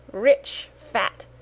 rich, fat,